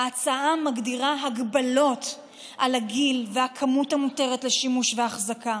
ההצעה מגדירה הגבלות על הגיל והכמות המותרת לשימוש והחזקה,